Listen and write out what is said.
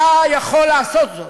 אתה יכול לעשות זאת.